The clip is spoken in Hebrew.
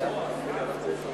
יש לך עשר דקות.